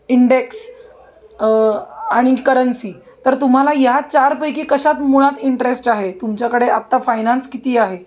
index आणि currency तर तुम्हाला या चारपैकी कशा मुळात इंटरेस्ट आहे तुमच्याकडे आता फायनान्स किती आहे